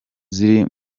ziri